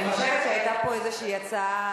היתה פה איזו הצעה,